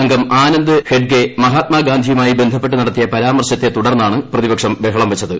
അംഗം ആനന്ദ് ഹെഗ്ഡേ മഹാത്മാഗാന്ധിയുമാ്യി ബന്ധപ്പെട്ട് നടത്തിയ പരാമർശത്തെ തുടർന്നാണ് പ്രതിപക്ഷം ബഹളം വച്ചത്